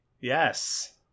Yes